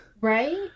right